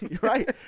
Right